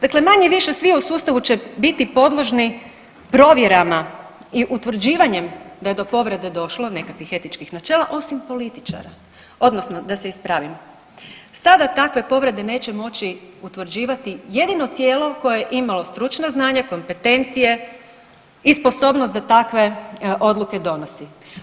Dakle manje-više svi u sustavu će biti podloženi provjerama i utvrđivanjem da je do povrede došlo nekakvih etičkih načela osim političara odnosno da se ispravim, sada takve povrede neće moći utvrđivati jedino tijelo koje je imalo stručna znanja, kompetencije i sposobnost da takve odluke donosi.